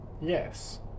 Yes